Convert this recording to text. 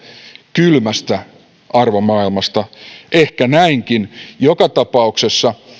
kylmästä arvomaailmasta ehkä näinkin joka tapauksessa